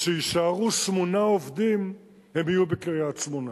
שיישארו שמונה עובדים, הם יהיו בקריית-שמונה.